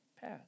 path